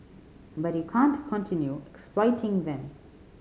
but you can't continue exploiting them